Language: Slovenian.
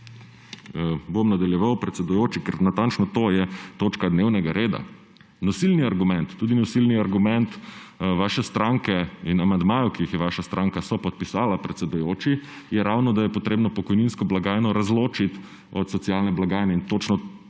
Bom nadaljeval, predsedujoči, ker natančno to je točka dnevnega reda. Tudi nosilni argument vaše stranke in amandmajev, ki jih je vaša stranka sopodpisala, predsedujoči, je ravno, da je treba pokojninsko blagajno ločiti od socialne blagajne, in točno